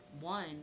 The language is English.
one